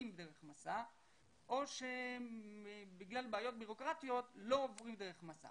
דרך מסע או שבגלל בעיות בירוקרטיות לא עוברים דרך מסע.